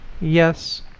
Yes